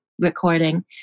recording